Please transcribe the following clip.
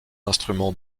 instruments